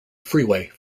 freeway